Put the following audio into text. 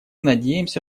надеемся